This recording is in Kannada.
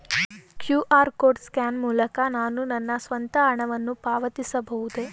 ಕ್ಯೂ.ಆರ್ ಕೋಡ್ ಸ್ಕ್ಯಾನ್ ಮೂಲಕ ನಾನು ನನ್ನ ಸ್ವಂತ ಹಣವನ್ನು ಪಾವತಿಸಬಹುದೇ?